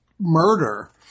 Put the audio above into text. murder